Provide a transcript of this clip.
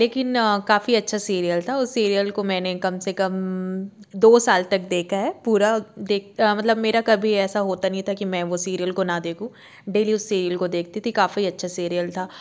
लेकिन काफ़ी अच्छा सीरियल था उस सीरियल को मैंने कम से कम दो साल तक देखा है पूरा देख मतलब मेरा कभी ऐसा होता नहीं था कि मैं वो सीरियल को न देखूँ डेली उस सीरियल को देखती थी काफ़ी अच्छा सीरियल था